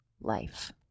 life